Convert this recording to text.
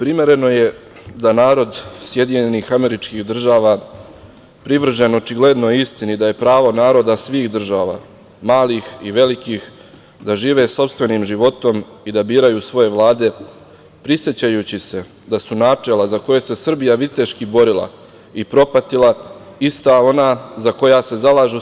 Primereno je da narod SAD, privržen očigledno istini da je pravo naroda svih država, malih i velikih, da žive sopstvenim životom i da biraju svoje vlade, prisećajući se da su načela za koje se Srbija viteški borila i propatila ista ona za koja se zalažu SAD.